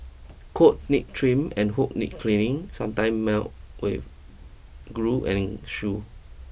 coats need trims and hooves need cleaning sometimes melt with glue and shoes